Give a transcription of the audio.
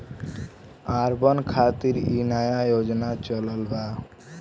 urban खातिर इ नया योजना चलल बा